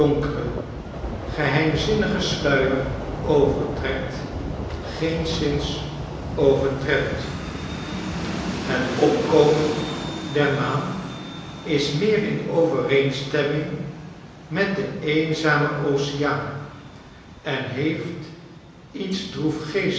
geheimzinnigen sluier overtrekt geenszins overtreft het opkomen der maan is meer in overeenstemming met den eenzamen oceaan en heefc iets